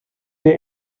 der